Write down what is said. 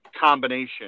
combination